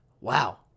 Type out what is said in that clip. Wow